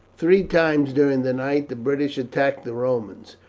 three times during the night the british attacked the romans,